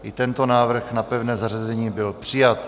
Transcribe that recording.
I tento návrh na pevné zařazení byl přijat.